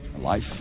life